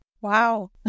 Wow